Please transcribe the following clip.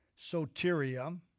Soteria